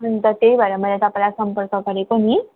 अन्त त्यही भएर मैले तपाईँलाई सम्पर्क गरेको नि